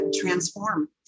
transform